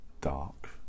dark